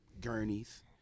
gurneys